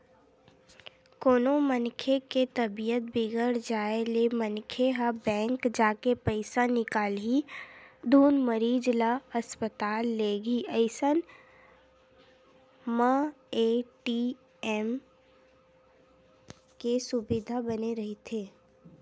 कोनो मनखे के तबीयत बिगड़ जाय ले मनखे ह बेंक जाके पइसा निकालही धुन मरीज ल अस्पताल लेगही अइसन म ए.टी.एम के सुबिधा बने रहिथे